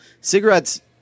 Cigarettes